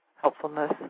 helpfulness